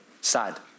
sad